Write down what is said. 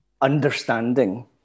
understanding